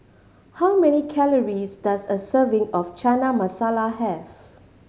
how many calories does a serving of Chana Masala have